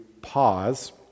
pause